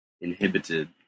inhibited